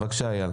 בבקשה אייל.